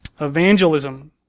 Evangelism